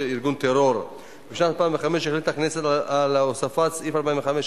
אושרה ותיכנס לספר החוקים.